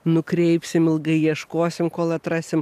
nukreipsim ilgai ieškosim kol atrasim